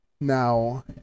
Now